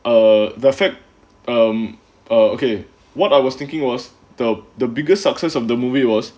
err the fact I'm err okay what I was thinking was the the biggest success of the movie was